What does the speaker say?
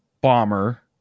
bomber